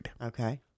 Okay